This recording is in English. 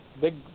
big